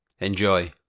Enjoy